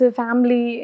family